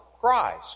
Christ